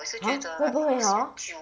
hor 会不会 hor